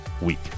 week